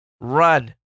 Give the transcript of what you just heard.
Run